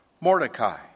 Mordecai